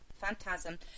Phantasm